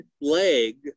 leg